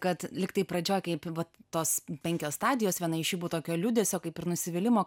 kad lygtai pradžioj kaip vat tos penkios stadijos viena iš jų tokio liūdesio kaip ir nusivylimo